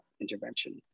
intervention